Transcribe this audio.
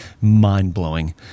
mind-blowing